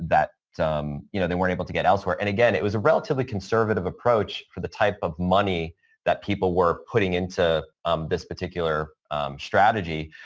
that you know they weren't able to get elsewhere. and again, it was a relatively conservative approach for the type of money that people were putting into this particular strategy.